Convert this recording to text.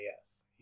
Yes